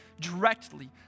directly